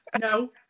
No